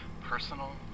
Personal